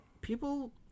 people